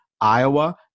Iowa